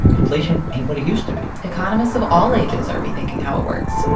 inflation ain't what it used to be economists of all ages are rethinking how it works